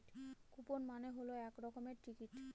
coupon মানে হল এক রকমের টিকিট